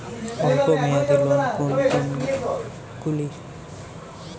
অল্প মেয়াদি লোন কোন কোনগুলি?